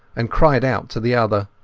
and cried out to the other.